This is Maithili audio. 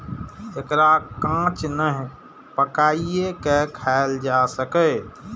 एकरा कांच नहि, पकाइये के खायल जा सकैए